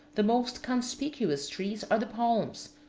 the most conspicuous trees are the palms,